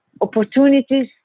opportunities